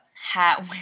hat